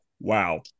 Wow